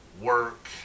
work